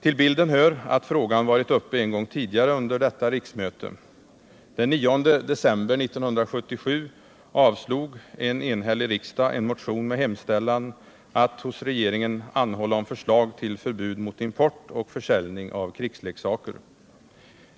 Till bilden hör att frågan varit uppe en gång tidigare under detta riksmöte. Nr 120 Den 9 december 1977 avslog en enhällig riksdag en motion med hemställan Fredagen den att hos regeringen anhålla om förslag till förbud mot import och försäljning av 14 april 1978 krigsleksaker.